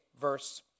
verse